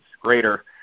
greater